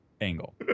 angle